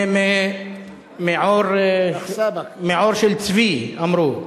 זה מעור של צבי, אמרו.